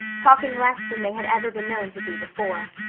talking less than they had ever been known to do before.